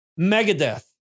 Megadeth